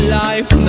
life